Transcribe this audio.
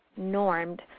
normed